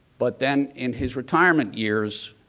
but then, in his retirement years,